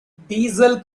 diesel